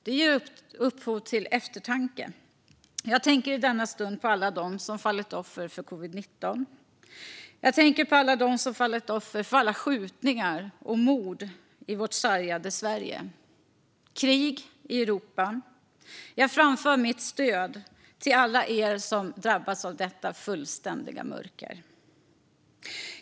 Det ger upphov till eftertanke. Jag tänker i denna stund på alla dem som fallit offer för covid-19. Jag tänker på alla dem som fallit offer för alla skjutningar och mord i vårt sargade Sverige. Det är krig i Europa. Jag framför mitt stöd till alla er som drabbats av detta fullständiga mörker.